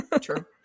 True